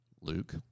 Luke